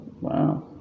Wow